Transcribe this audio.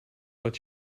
but